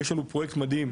יש לנו פרויקט מדהים,